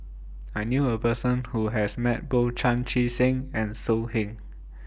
I knew A Person Who has Met Both Chan Chee Seng and So Heng